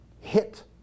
Hit